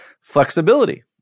Flexibility